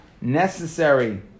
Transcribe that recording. necessary